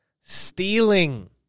stealing